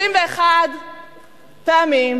31 פעמים